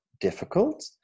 difficult